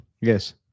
Yes